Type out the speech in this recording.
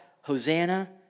Hosanna